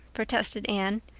protested anne.